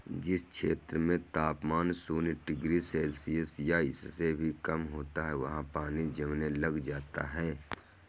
जिस क्षेत्र में तापमान शून्य डिग्री सेल्सियस या इससे भी कम होगा वहाँ पानी जमने लग जाता है